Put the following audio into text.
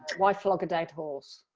why flog a dead horse?